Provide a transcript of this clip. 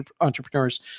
entrepreneurs